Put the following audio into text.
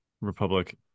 Republic